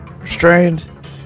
restrained